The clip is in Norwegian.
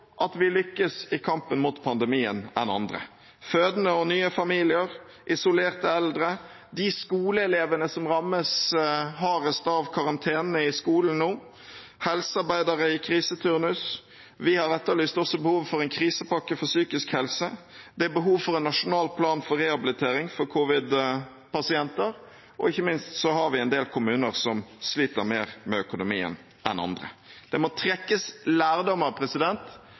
at vi lykkes i kampen mot pandemien: fødende og nye familier, isolerte eldre, de skoleelevene som rammes hardest av karantenene i skolen nå, og helsearbeidere i kriseturnus. Vi har også etterlyst behovet for en krisepakke for psykisk helsehjelp. Det er behov for en nasjonal plan for rehabilitering av covid-19-pasienter, og ikke minst har vi en del kommuner som sliter mer med økonomien enn andre. Dette må det trekkes lærdommer